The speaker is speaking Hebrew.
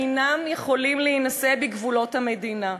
אינם יכולים להינשא בגבולות המדינה.